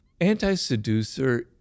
Anti-seducer